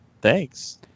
Thanks